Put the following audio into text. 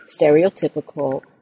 stereotypical